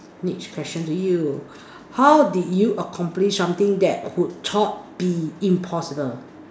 next question to you how did you accomplish something that would thought be impossible